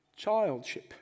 childship